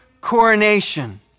coronation